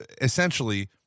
essentially